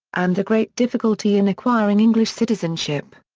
and the great difficulty in acquiring english citizenship.